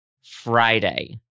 Friday